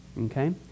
Okay